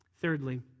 Thirdly